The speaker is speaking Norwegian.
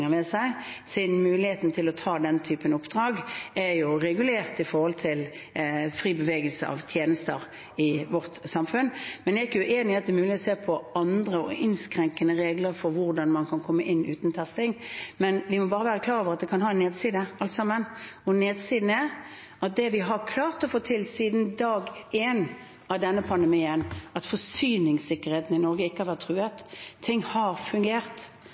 seg, siden muligheten til å ta denne typen oppdrag er regulert opp mot fri bevegelse av tjenester i vårt samfunn, men jeg er ikke uenig i at det er mulig å se på andre og innskrenkende regler for hvordan man kan komme inn uten testing. Men vi må bare være klar over at det kan ha en nedside, alt sammen, og nedsiden er at det vi har klart å få til siden dag én av denne pandemien, at forsyningssikkerheten i Norge ikke har vært truet, og ting har fungert,